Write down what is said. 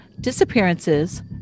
disappearances